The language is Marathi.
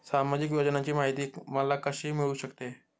सामाजिक योजनांची माहिती मला कशी मिळू शकते?